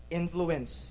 influence